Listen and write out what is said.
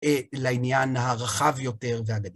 אה, לעניין הרחב יותר והגדול.